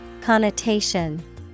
Connotation